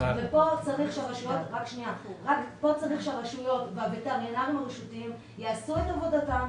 ופה צריך שהרשויות והווטרינרים הרשותיים יעשו את עבודתם,